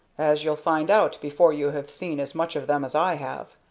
as you'll find out before you have seen as much of them as i have.